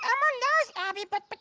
elmo knows abby but. but